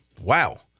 Wow